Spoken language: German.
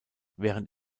während